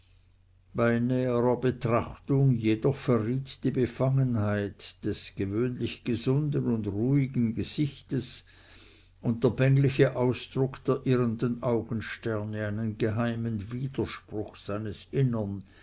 bei näherer betrachtung jedoch verriet die befangenheit des gewöhnlich gesunden und ruhigen gesichts und der bängliche ausdruck der irrenden augensterne einen geheimen widerspruch seines innern